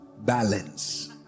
balance